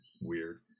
weird